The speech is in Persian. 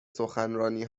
سخنرانی